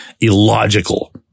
illogical